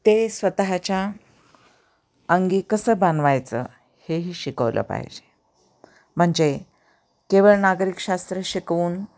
ते स्वतःच्या अंगी कसं भिनवायचं हेही शिकवलं पाहिजे म्हणजे केवळ नागरिकशास्त्र शिकवून